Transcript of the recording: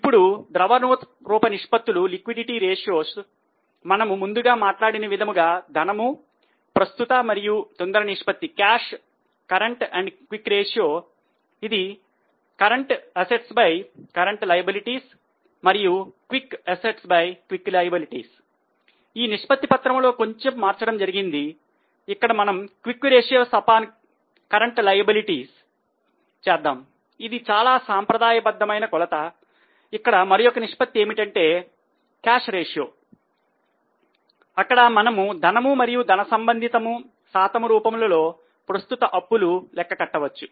ఇప్పుడు ద్రవ రూప నిష్పత్తులు అక్కడ మనము ధనము మరియు ధనము సంబంధితము శాతము రూపములో ప్రస్తుత అప్పులు లెక్క కట్టవచ్చు